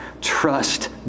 trust